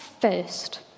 first